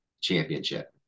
championship